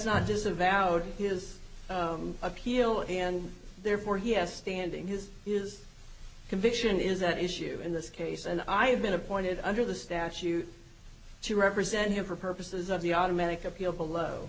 not disavowed his appeal and therefore he has standing his is conviction is at issue in this case and i have been appointed under the statute to represent him for purposes of the automatic appeal below